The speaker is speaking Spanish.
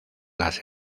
las